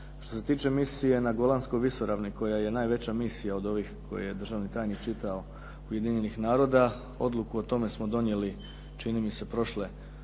Što se tiče misije na Golanskoj visoravni koja je najveća misija od ovih koje je državni tajnik čitao Ujedinjenih naroda, odluku o tome smo donijeli čini mi se prošle